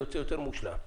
יוצא יותר מושלם.